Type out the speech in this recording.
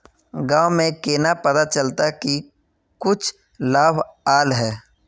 गाँव में केना पता चलता की कुछ लाभ आल है?